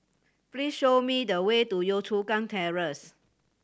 please show me the way to Yio Chu Kang Terrace